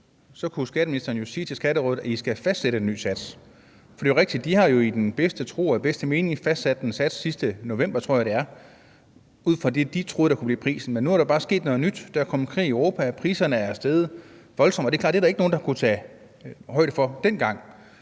så kunne skatteministeren jo sige til Skatterådet, at det skal fastsætte en ny sats. For det er jo rigtigt, at Skatterådet i den bedste tro og bedste mening har fastsat en sats sidste november – tror jeg det var – ud fra det, rådet troede kunne være prisen, men nu er der bare sket noget nyt: Der er kommet krig i Europa, og priserne er steget voldsomt. Det er klart, at det er der ikke nogen der har kunnet tage højde for dengang,